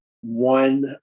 one